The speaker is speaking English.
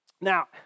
Now